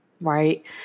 right